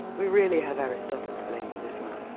we really have aristotle to blame for this one,